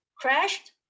crashed